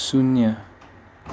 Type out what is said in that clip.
शून्य